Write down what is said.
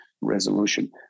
resolution